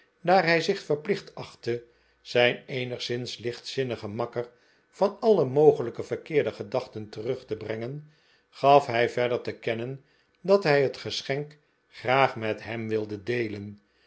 daar hij zich verplicht achtte zijn eenigszins lichtzinnigen makker van alle mogelijke verkeerde gedachten terug te bf engen gaf hij verder te kennen dat hij het geschenk graag met hem wilde deelen